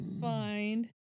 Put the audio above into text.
find